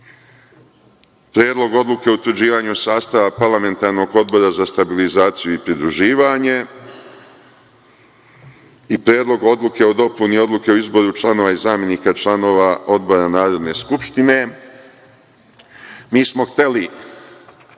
Predlog odluke o utvrđivanju sastava Parlamentarnog odbora za stabilizaciju i pridruživanje i Predlog odluke o dopuni Odluke o izboru članova i zamenika članova odbora Narodne skupštine, mi smo hteli